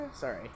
Sorry